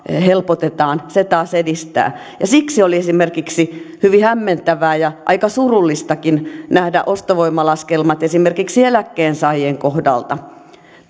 helpotetaan taas edistää siksi oli esimerkiksi hyvin hämmentävää ja aika surullistakin nähdä ostovoimalaskelmat esimerkiksi eläkkeensaajien kohdalta